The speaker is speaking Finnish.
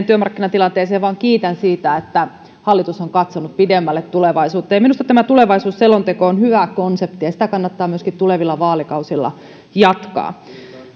työmarkkinatilanteeseen vaan kiitän siitä että hallitus on katsonut pidemmälle tulevaisuuteen minusta tämä tulevaisuusselonteko on hyvä konsepti ja sitä kannattaa myöskin tulevilla vaalikausilla jatkaa